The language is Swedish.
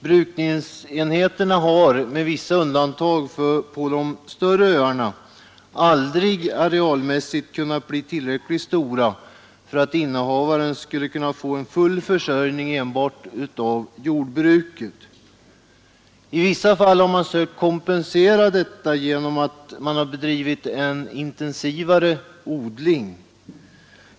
Brukningsenheterna har med vissa undantag på de större öarna aldrig arealmässigt kunnat bli tillräckligt stora för att innehavaren skulle kunna få en full försörjning enbart av jordbruket. I vissa fall har man sökt kompensera detta genom att bedriva en intensivare odling.